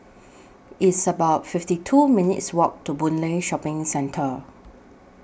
It's about fifty two minutes' Walk to Boon Lay Shopping Centre